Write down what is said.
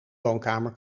woonkamer